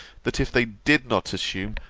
that if they did not assume,